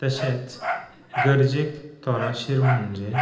तशेंच गरजेक तोरा शीर म्हणजे